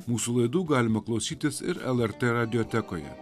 mūsų laidų galima klausytis ir lrt radiotekoje